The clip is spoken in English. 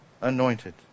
anointed